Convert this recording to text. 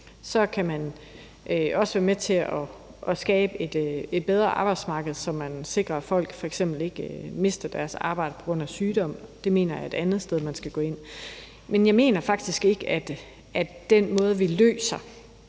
Så kan man også være med til at skabe et bedre arbejdsmarked, så man sikrer, at folk f.eks. ikke mister deres arbejde på grund af sygdom. Det mener jeg er et andet sted man skal gå ind. Men jeg mener faktisk ikke, at den måde, vi løser